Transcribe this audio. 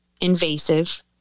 invasive